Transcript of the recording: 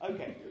Okay